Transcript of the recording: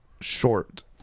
short